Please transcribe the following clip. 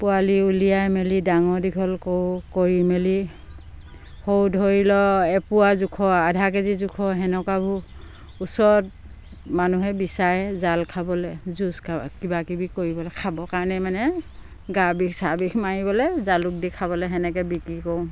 পোৱালি উলিয়াই মেলি ডাঙৰ দীঘল কৰোঁ কৰি মেলি সৰু ধৰি লওক এপোৱা জোখৰ আধা কেজি জোখৰ সেনেকুৱাবোৰ ওচৰত মানুহে বিচাৰে জাল খাবলে জুচ কিবা কিবি কৰিবলে খাবৰ কাৰণে মানে গাৰ বিষ চাৰ বিষ মাৰিবলে জালুক দি খাবলে সেনেকে বিক্ৰী কৰোঁ